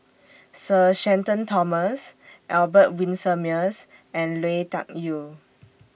Sir Shenton Thomas Albert Winsemius and Lui Tuck Yew